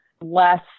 less